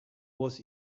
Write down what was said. was